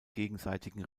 gegenseitigen